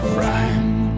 rhyme